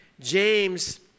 James